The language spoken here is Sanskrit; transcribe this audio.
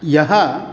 यः